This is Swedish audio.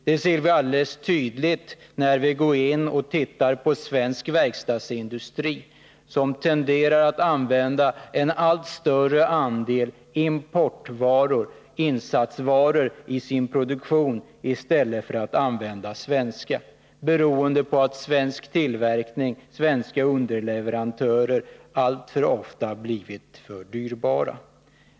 Det ser vi alldeles tydligt, när vi går in och tittar på svensk verkstadsindustri, som tenderar att använda en allt större andel importvaror, insatsvaror, i sin produktion i stället för att använda svenska. Detta beror på att tillverkning hos svenska underleverantörer alltför ofta blivit alltför dyrbar.